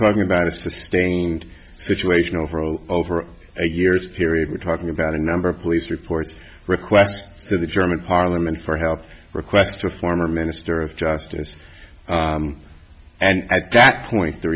talking about a sustained situation overall over a years period we're talking about a number of police reports request to the german parliament for help request to a former minister of justice and at that point t